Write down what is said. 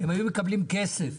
הם היו מקבלים כסף,